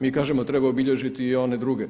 Mi kažemo, treba obilježiti i one druge.